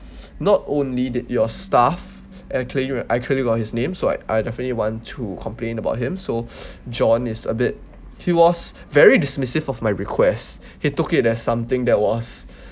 not only did your staff actually I actually got his name so I I definitely want to complain about him so john is a bit he was very dismissive of my request he took it as something that was